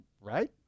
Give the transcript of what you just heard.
Right